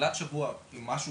בתחילת השבוע אם משהו